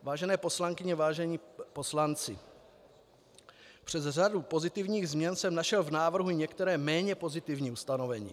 Vážené poslankyně, vážení poslanci, přes řadu pozitivních změn jsem našel v návrhu některá méně pozitivní ustanovení.